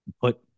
put